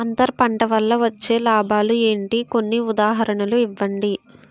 అంతర పంట వల్ల వచ్చే లాభాలు ఏంటి? కొన్ని ఉదాహరణలు ఇవ్వండి?